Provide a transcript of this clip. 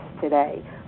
today